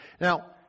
Now